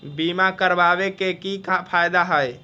बीमा करबाबे के कि कि फायदा हई?